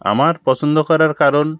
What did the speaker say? আমার পছন্দ করার কারণ